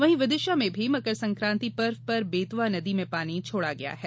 वहीं विदिशा में भी मकर संक्रांति पर्व पर बेतवा नदी में पानी छोड़ा गया है